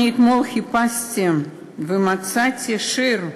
אתמול חיפשתי ומצאתי שיר,